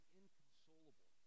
inconsolable